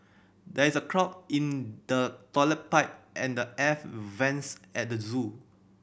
there is a clog in the toilet pipe and the air vents at the zoo